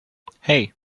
hey